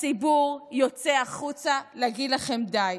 הציבור יוצא החוצה להגיד לכם די.